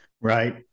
Right